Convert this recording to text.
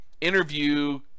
Interview